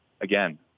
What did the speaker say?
again